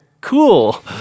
cool